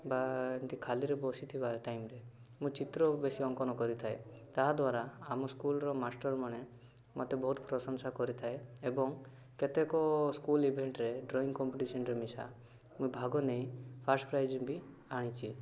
ବା ଏମତି ଖାଲିରେ ବସିଥିବା ଟାଇମରେ ମୁଁ ଚିତ୍ରକୁ ବସି ଅଙ୍କନ କରିଥାଏ ତାହା ଦ୍ୱାରା ଆମ ସ୍କୁଲର ମାଷ୍ଟରମାନେ ମୋତେ ବହୁତ ପ୍ରଶଂସା କରିଥାଏ ଏବଂ କେତେକ ସ୍କୁଲ ଇଭେଣ୍ଟରେ ଡ୍ରଇଂ କମ୍ପିଟେସନର ନିସା ମୁଁ ଭାଗନେଇ ଫାଷ୍ଟ ପ୍ରାଇଜ ବି ଆଣିଛି